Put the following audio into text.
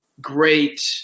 great